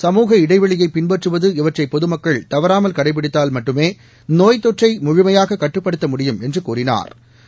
சமூக இடைவெளியை பின்பற்றுவது இவற்றை பொதுமக்கள் தவறாமல் கடைப்பிடித்தால் மட்டுமே நோய்த்தொற்றை முழுமையாக கட்டுப்படுத்த முடியும் என்று கூறினா்